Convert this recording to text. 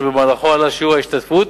שבמהלכו עלה שיעור ההשתתפות